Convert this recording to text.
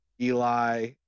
Eli